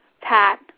Pat